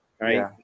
right